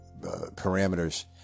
parameters